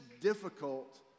difficult